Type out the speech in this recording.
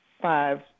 Five